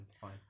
fine